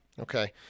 okay